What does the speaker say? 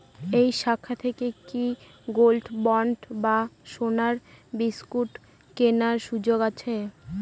এই শাখা থেকে কি গোল্ডবন্ড বা সোনার বিসকুট কেনার সুযোগ আছে?